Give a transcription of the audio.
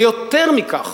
ויותר מכך,